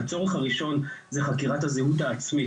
הצורך הראשון זה חקירת הזהות העצמית,